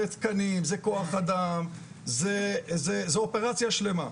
זה תקנים, זה כח-אדם, זו אופרציה שלמה.